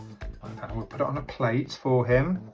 but and a plate for him